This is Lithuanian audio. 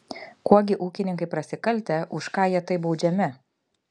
kuo gi ūkininkai prasikaltę už ką jie taip baudžiami